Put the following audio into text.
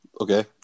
Okay